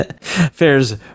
Fares